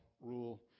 rule